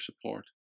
support